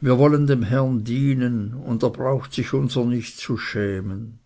wir wollen dem herren dienen und er braucht sich unser nicht zu schämen